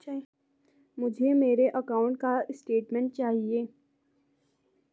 मुझे मेरे अकाउंट का स्टेटमेंट चाहिए?